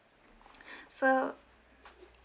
so